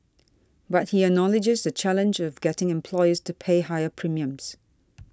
but he acknowledges the challenge of getting employers to pay higher premiums